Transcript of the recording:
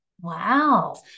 Wow